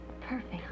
perfect